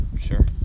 sure